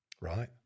right